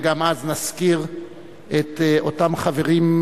ואז גם נזכיר את אותם חברים,